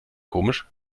komisch